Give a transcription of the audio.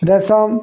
ଦେସନ୍